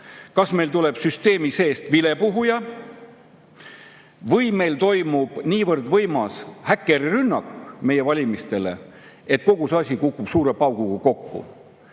kas tuleb süsteemi seest vilepuhuja või toimub niivõrd võimas häkkerirünnak meie valimiste vastu, et kogu see asi kukub suure pauguga kokku.